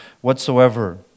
whatsoever